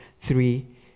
three